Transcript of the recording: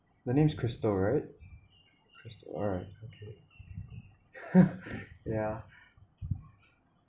the name's crystal right alright okay yeah